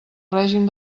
règim